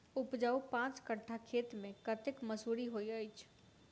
उपजाउ पांच कट्ठा खेत मे कतेक मसूरी होइ छै?